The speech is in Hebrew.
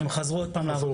הם חזרו עוד פעם לעבודה.